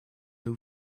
new